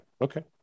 Okay